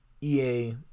EA